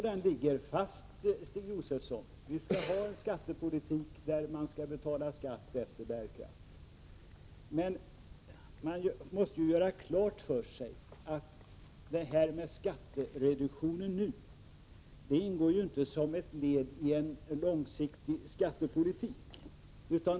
Den ligger fast, Stig Josefson. Vi skall föra en skattepolitik som går ut på att människor betalar skatt efter bärkraft. Man måste göra klart för sig att den skattereduktion som nu införs inte ingår som ett led i en långsiktig skattepolitik.